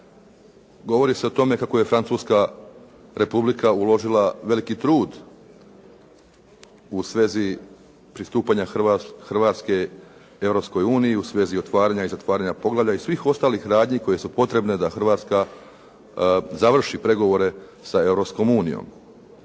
Govori se o tome kako je Francuska Republika uložila veliki trud u svezi pristupanja Hrvatske Europskoj uniji i u svezi otvaranja i zatvaranja poglavlja i svih ostalih radnji koje su potrebne da Hrvatska završi pregovore sa